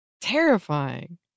Terrifying